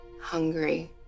hungry